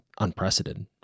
unprecedented